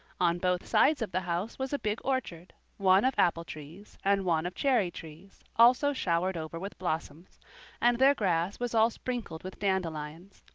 on both sides of the house was a big orchard, one of apple-trees and one of cherry-trees, also showered over with blossoms and their grass was all sprinkled with dandelions.